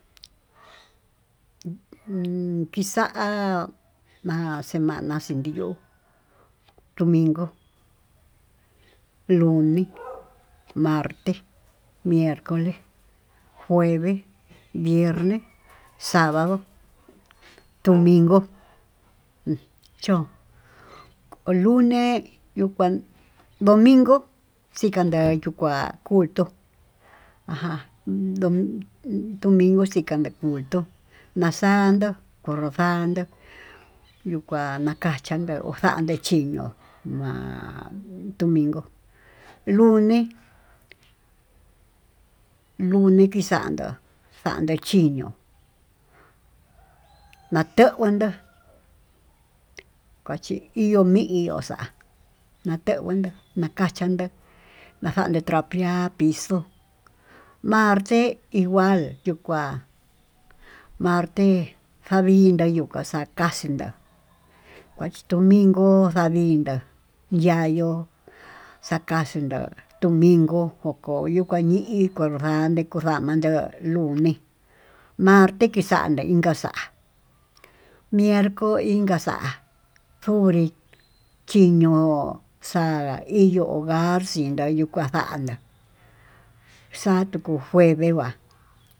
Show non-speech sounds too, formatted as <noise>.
Kixa'a semana kixhi'ó dominco, luenes, <noise> mertes, miercoles, jueves, viernes, sabado, domingo chón lune yuu kuán domigo xikandee yukuá kurtó aján, domingo xika nde culto na'a xanduu kunró xanduu yuu kuá nakaxhi'á xinguo nechino'o ma'a domingo, luenes luenes kixanduu xanduu chiñio'o nateundó kochi iho mii kuxa'a natunguto naka xandó, nakenduu trapiar pizo martes igual yuu kua martes, janvinda yuka xakaxindá kuachi domingo linda yayo'o xakaxhii nda'a tumingo kuayuu kaxmi hi hi kondane ko'o ndamande lunés, martes kixande inka mierco inka xa'a kunri chiñuu xa'a iin ogar xii, ndayuu kua xa'ana xatuu ko'o jueves va'a.